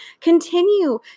Continue